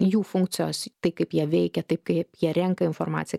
jų funkcijos tai kaip jie veikia taip kaip jie renka informaciją